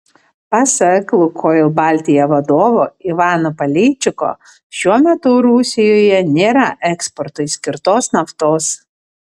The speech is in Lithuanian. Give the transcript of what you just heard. pasak lukoil baltija vadovo ivano paleičiko šiuo metu rusijoje nėra eksportui skirtos naftos